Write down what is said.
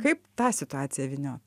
kaip tą situaciją vyniot